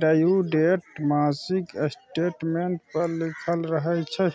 due date मासिक statement पर लिखल रहय छै